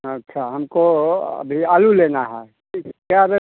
अच्छा हमको अभी आलू लेना है ठीक है क्या रेट